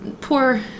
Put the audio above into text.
poor